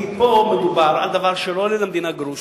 כי פה מדובר על דבר שלא עולה למדינה גרוש,